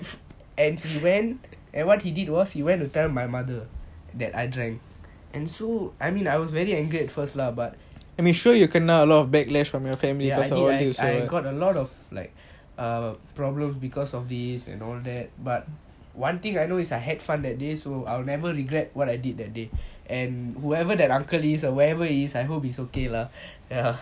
and went and what he did was he went to tell my mother that I drank and so I mean I was very angry at first lah I did I got a lot of backlash from my family but one thing I know is I had fun that day so I will never regret what I did that day and whoever that uncle is or wherever he is I hope he is okay lah ya